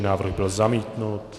Návrh byl zamítnut.